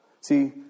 See